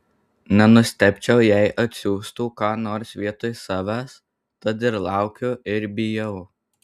nenustebčiau jei atsiųstų ką nors vietoj savęs tad ir laukiu ir bijau